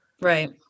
Right